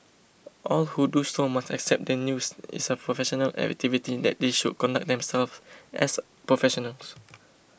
all who do so must accept that news is a professional activity that they should conduct themselves as professionals